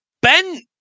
Ben